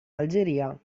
algeria